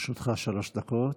לרשותך שלוש דקות.